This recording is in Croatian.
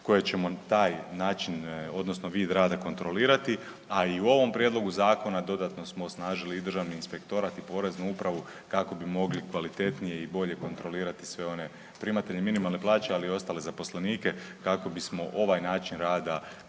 koje ćemo taj način, odnosno vid rada kontrolirati, a i u ovom Prijedlogu zakona dodatno smo osnažili i Državni inspektorat i Poreznu upravu, kako bi mogli kvalitetnije i bolje kontrolirati sve one primatelje minimalne plaće, ali i ostale zaposlenike kako bismo ovaj način rada